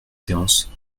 séance